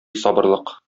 сабырлык